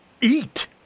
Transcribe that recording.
Eat